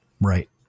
Right